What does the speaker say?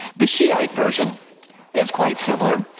the shiite version is quite similar.